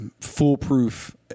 foolproof